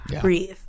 breathe